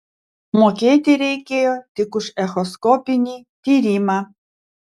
mokėti reikėjo tik už echoskopinį tyrimą